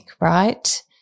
right